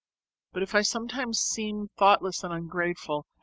but if i sometimes seem thoughtless and ungrateful,